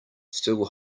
still